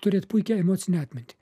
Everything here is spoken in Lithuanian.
turėt puikią emocinę atmintį